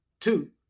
two